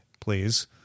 please